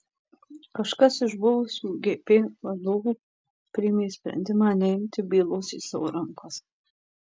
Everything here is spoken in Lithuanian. kažkas iš buvusių gp vadovų priėmė sprendimą neimti bylos į savo rankas